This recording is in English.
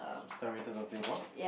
to some writers of Singapore